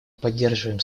поддерживаем